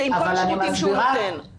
שעם כל השירותים שהוא נותן --- אבל אני מסבירה.